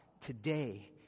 today